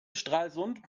stralsund